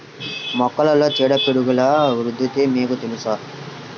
మొక్కలలో చీడపీడల ఉధృతి మీకు తెలుసా?